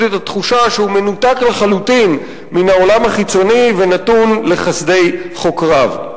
את התחושה שהוא מנותק לחלוטין מן העולם החיצוני ונתון לחסדי חוקריו.